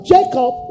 Jacob